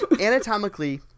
anatomically